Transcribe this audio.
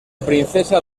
princesa